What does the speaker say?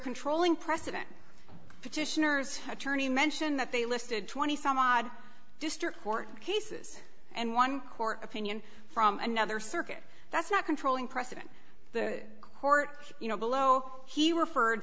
controlling precedent petitioner's attorney mentioned that they listed twenty some odd district court cases and one court opinion from another circuit that's not controlling precedent the court you know below he were furred